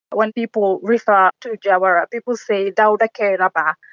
when people refer to jawara people say, dawda kairaba.